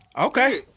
Okay